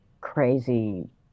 crazy